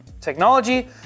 technology